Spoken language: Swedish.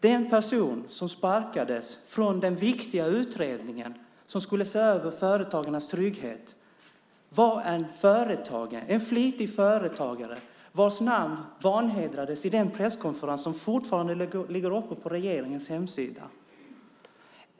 Den person som sparkades från den viktiga utredningen som skulle se över företagarnas trygghet var en flitig företagare vars namn vanhedrades i den presskonferens som fortfarande ligger uppe på regeringens hemsida.